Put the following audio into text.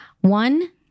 One